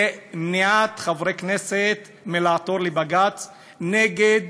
מניעת חברי כנסת מלעתור לבג"ץ נגד